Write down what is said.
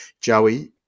Joey